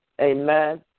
Amen